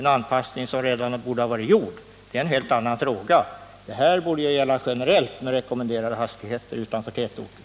En sådan anpassning bör göras redan med nuvarande bestämmelser, och det är en helt annan fråga. Vad jag talar om är en anpassning som skulle gälla generellt om man införde rekommenderade hastigheter utanför tätorter.